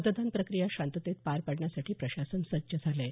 मतदान प्रक्रिया शांततेत पार पाडण्यासाठी प्रशासन सज्ज झाले आहे